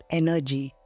energy